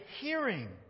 hearing